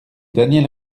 daniel